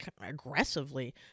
aggressively